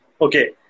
Okay